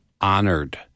honored